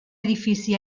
edifici